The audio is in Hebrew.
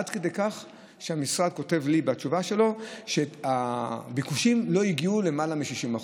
עד כדי כך שהמשרד כותב לי בתשובה שלו שהביקושים לא הגיעו ללמעלה מ-60%.